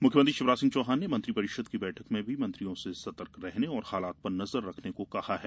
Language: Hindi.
मुख्यमंत्री शिवराज सिंह चौहान ने मंत्रिपरिषद की बैठक में मंत्रियों से सतर्क रहने और हालात पर नजर रखने को कहा है